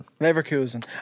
Leverkusen